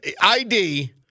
ID